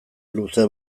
luze